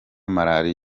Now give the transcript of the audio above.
malaria